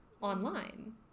online